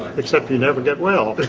except you never get well